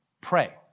pray